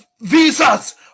visas